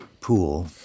pool